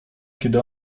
kiedy